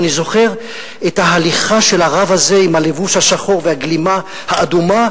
אני זוכר את ההליכה של הרב הזה עם הלבוש השחור והגלימה האדומה,